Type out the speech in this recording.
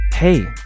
Hey